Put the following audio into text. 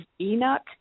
Enoch